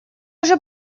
уже